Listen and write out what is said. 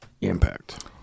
impact